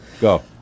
Go